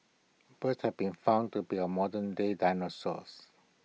birds have been found to be our modern day dinosaurs